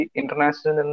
international